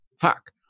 Fuck